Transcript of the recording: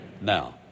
Now